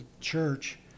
church